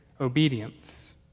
obedience